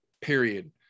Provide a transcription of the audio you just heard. period